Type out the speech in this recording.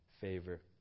favor